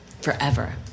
Forever